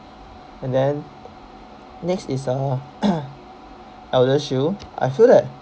and then next is uh eldershield I feel that